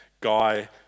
guy